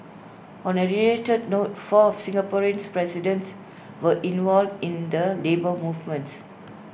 on A related note four of Singapore's presidents were involved in the labour movements